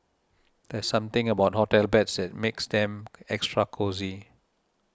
there's something about hotel beds that makes them extra cosy